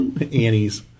Annie's